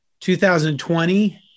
2020